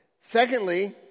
Secondly